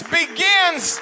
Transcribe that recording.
begins